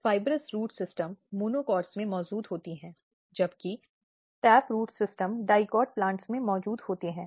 fibrous root system monocots में मौजूद होती है जबकि tap root system dicot plants में मौजूद होते हैं